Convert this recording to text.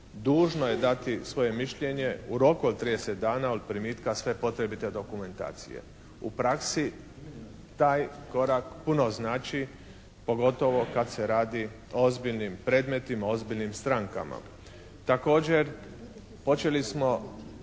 dužno je dati svoje mišljenje u roku od 30 dana od primitka sve potrebite dokumentacije. U praksi taj korak puno znači pogotovo kad se radi o ozbiljnim predmetima, ozbiljnim strankama. Također, počeli smo